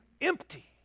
empty